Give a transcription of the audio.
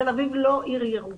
תל אביב לא עיר ירוקה.